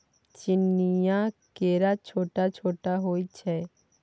चीनीया केरा छोट छोट होइ छै